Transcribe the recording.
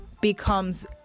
becomes